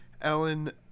Ellen